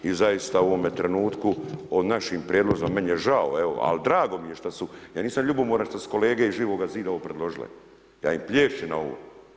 I zaista u ovome trenutku o našim prijedlozima, meni je žao, ali evo drago mi je šta su ja nisam ljubomoran što su kolege iz Živoga zida ovo predložile, ja im plješćem na ovu.